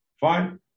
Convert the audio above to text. fine